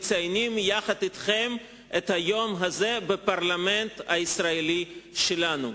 מציינים יחד אתכם את היום הזה בפרלמנט הישראלי שלנו.